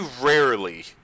rarely